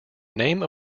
name